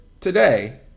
today